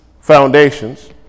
foundations